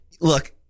Look